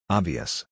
Obvious